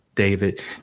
David